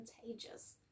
contagious